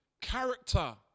character